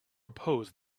oppose